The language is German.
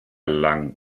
lang